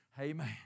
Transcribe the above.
Amen